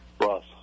Ross